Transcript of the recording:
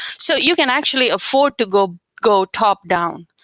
so you can actually afford to go go top down.